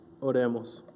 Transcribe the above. Oremos